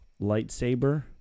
lightsaber